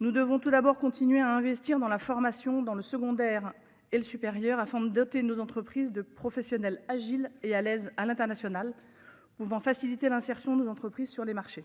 Nous devons tout d'abord, continuer à investir dans la formation dans le secondaire et le supérieur afin de doter nos entreprises de professionnels Agile et à l'aise à l'international vous faciliter l'insertion nos entreprises sur les marchés.